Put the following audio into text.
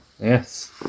Yes